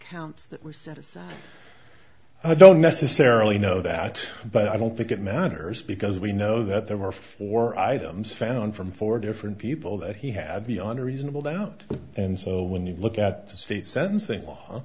sent i don't necessarily know that but i don't think it matters because we know that there were four items found from four different people that he had the honor reasonable doubt and so when you look at the state sentencing